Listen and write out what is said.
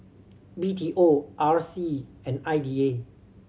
B T O R C and I D A